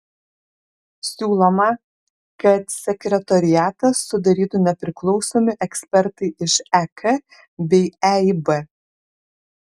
siūloma kad sekretoriatą sudarytų nepriklausomi ekspertai iš ek bei eib